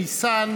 ונשיא המדינה.